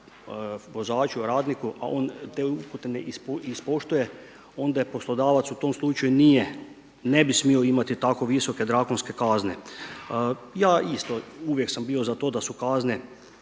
vozaču radniku, a on te upute ne ispoštuje, onda poslodavac u tom slučaju ne bi smio imati tako visoke drakonske kazne. Ja isto uvijek sam bio za to da su kazne